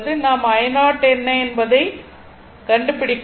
நாம் i0 என்ன என்பதைக் கண்டு பிடிக்கலாம்